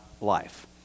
life